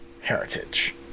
heritage